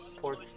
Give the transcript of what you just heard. Fourth